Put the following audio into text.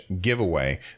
giveaway